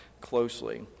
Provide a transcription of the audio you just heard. closely